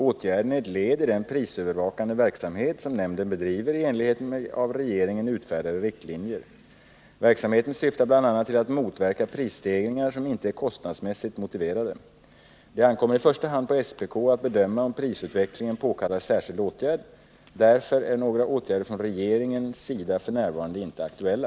Åtgärden är ett led i den prisövervakande verksamhet som nämnden bedriver i enlighet med av regeringen utfärdade riktlinjer. Verksamheten syftar bl.a. till att motverka prisstegringar som inte är kostnadsmässigt motiverade. Det ankommer i första hand på SPK att bedöma om prisutvecklingen påkallar särskild åtgärd. Därför är några åtgärder från regeringens sida f. n. inte aktuella.